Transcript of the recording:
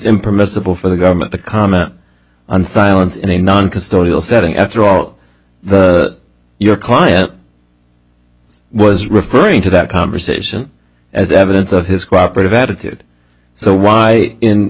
him permissible for the government to comment on silence in a noncustodial setting after all your client was referring to that conversation as evidence of his cooperated attitude so why in